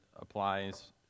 applies